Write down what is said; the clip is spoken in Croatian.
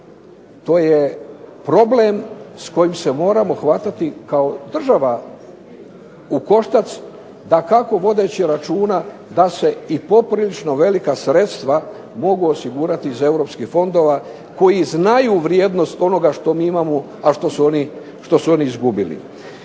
to je problem s kojim se moramo hvatati kao država u koštac dakako vodeći računa da se i poprilično velika sredstva mogu osigurati iz europskih fondova koji znaju vrijednost onoga što mi imamo, a što su oni izgubili.